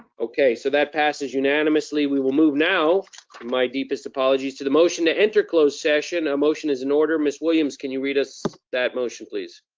okay, so that passes unanimously. we will move now, with my deepest apologies, to the motion to enter closed session. a motion is in order. miss williams, can you read us that motion, please?